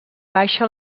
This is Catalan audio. baixa